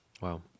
Wow